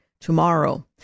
tomorrow